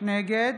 נגד